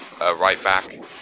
right-back